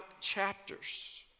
chapters